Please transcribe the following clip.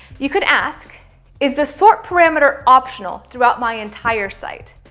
you could ask is the sort parameter optional throughout my entire site?